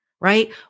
right